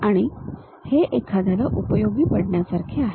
आणि हे एखाद्याला उपयोगी पडण्यासारखे आहेत